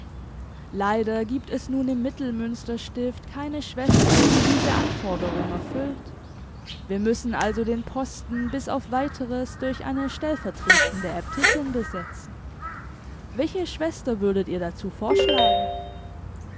leider gibt es nun im mittelmünsterstift keine schwester die diese anforderung erfüllt wir müssen also den posten bis auf weiteres durch eine stellvertretende äbtissin besetzen welche schwester würdet ihr dazu vorschlagen